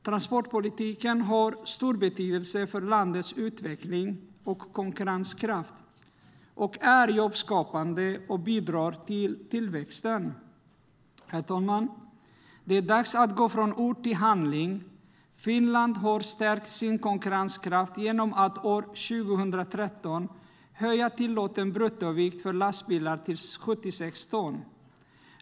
Transportpolitiken har stor betydelse för landets utveckling och konkurrenskraft, är jobbskapande och bidrar till tillväxten. Herr talman! Det är dags att gå från ord till handling. Finland har stärkt sin konkurrenskraft genom att år 2013 höja tillåten bruttovikt för lastbilar till 76 ton.